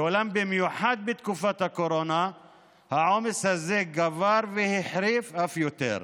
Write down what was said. אולם במיוחד בתקופת הקורונה העומס הזה גבר והחריף אף יותר.